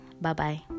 Bye-bye